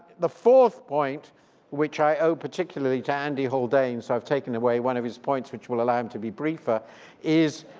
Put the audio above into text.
the fourth point which i owe particularly to andy haldane so i've taken away one of his points which will allow him to be briefer is